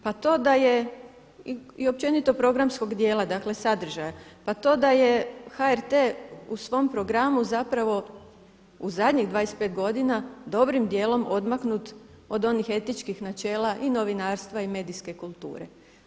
Pa to da je i općenito programskog dijela, dakle sadržaja, pa to da je HRT-e u svom programu zapravo u zadnjih 25 godina u dobrim dijelom odmaknut od onih etničkih načela i novinarstva i medijske kulture.